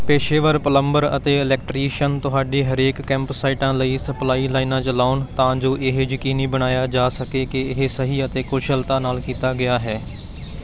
ਪੇਸ਼ੇਵਰ ਪਲੰਬਰ ਅਤੇ ਇਲੈਕਟ੍ਰੀਸ਼ਨ ਤੁਹਾਡੇ ਹਰੇਕ ਕੈਂਪ ਸਾਈਟਾਂ ਲਈ ਸਪਲਾਈ ਲਾਈਨਾਂ ਚਲਾਉਣ ਤਾਂ ਜੋ ਇਹ ਯਕੀਨੀ ਬਣਾਇਆ ਜਾ ਸਕੇ ਕਿ ਇਹ ਸਹੀ ਅਤੇ ਕੁਸ਼ਲਤਾ ਨਾਲ ਕੀਤਾ ਗਿਆ ਹੈ